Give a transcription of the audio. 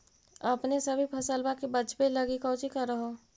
अपने सभी फसलबा के बच्बे लगी कौची कर हो?